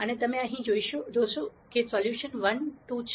અને તમે અહીં જોશો કે સોલ્યુશન 1 2 છે